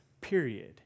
period